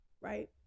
right